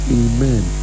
amen